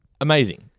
amazing